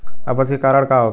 अपच के कारण का होखे?